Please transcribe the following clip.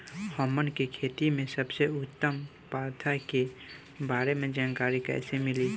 हमन के खेती में सबसे उत्तम प्रथा के बारे में जानकारी कैसे मिली?